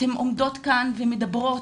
אתן עומדות כאן ומדברות.